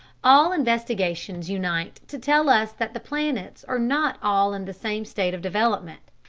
all investigations unite to tell us that the planets are not all in the same state of development.